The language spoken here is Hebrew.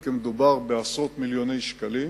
כי מדובר בעשרות מיליוני שקלים.